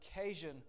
occasion